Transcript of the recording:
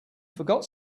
forgot